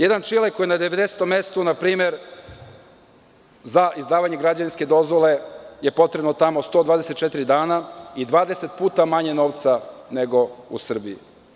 Jedan Čile koji je na devedesetom mestu npr. za izdavanje građevinske dozvole tamo je potrebno 124 dana i 20 puta manje novca nego u Srbiji.